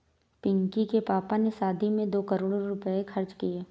पिंकी के पापा ने शादी में दो करोड़ रुपए खर्च किए